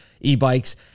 e-bikes